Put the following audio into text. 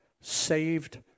saved